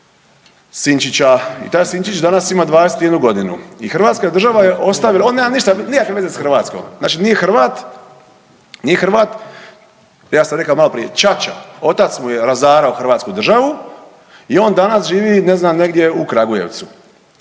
sinčića i taj sinčić danas ima 21.g. i hrvatska država je ostavila, on nema ništa, nikakve veze s Hrvatskom, znači nije Hrvat, nije Hrvat. Ja sam rekao maloprije ćaća, otac mu je razarao hrvatsku državu i on danas živi ne znam negdje u Kragujevcu